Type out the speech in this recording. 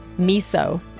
Miso